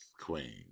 queen